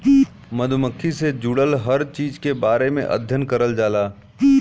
मधुमक्खी से जुड़ल हर चीज के बारे में अध्ययन करल जाला